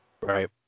right